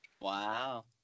Wow